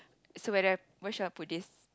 so where do I where should I put this